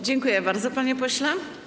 Dziękuję bardzo, panie pośle.